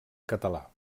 català